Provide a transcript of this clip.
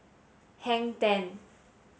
Hang Ten